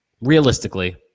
Realistically